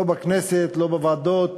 לא בכנסת, לא בוועדות